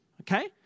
Okay